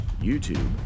YouTube